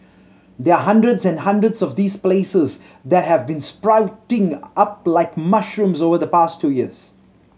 there are hundreds and hundreds of these places that have been sprouting up like mushrooms over the past two years